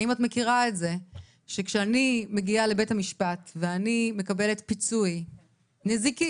האם את מכירה את זה שכשאני מגיעה לבית המשפט ואני מקבלת פיצוי נזיקי,